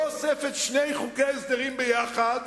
לא אוספת שני חוקי הסדרים יחד